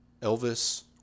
Elvis